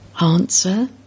Answer